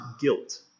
guilt